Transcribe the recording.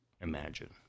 imagine